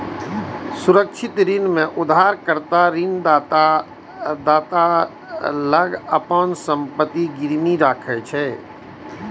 सुरक्षित ऋण मे उधारकर्ता ऋणदाता लग अपन संपत्ति गिरवी राखै छै